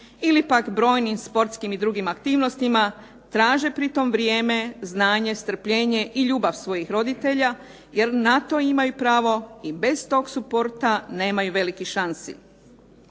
ili pak brojnim sportskim i drugim aktivnostima, traže pri tom vrijeme, znanje, strpljenje i ljubav svojih roditelja jer na to imaju pravo i bez tog suporta nemaju velikih šansi.